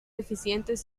eficientes